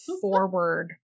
forward